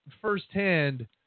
firsthand